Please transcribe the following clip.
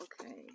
okay